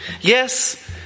Yes